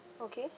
okay